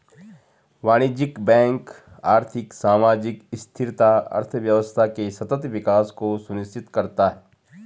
वाणिज्यिक बैंक आर्थिक, सामाजिक स्थिरता, अर्थव्यवस्था के सतत विकास को सुनिश्चित करता है